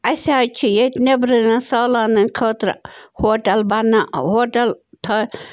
اسہِ حظ چھِ ییٚتہِ نٮ۪برٕ سٲلٲنٮ۪ن خٲطرٕ ہوٹَل بنا ہوٹَل تھ